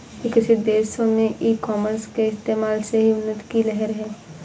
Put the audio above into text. विकसित देशों में ई कॉमर्स के इस्तेमाल से ही उन्नति की लहर है